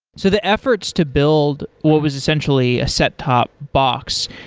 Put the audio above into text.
so the efforts to build what was essentially a set-top box,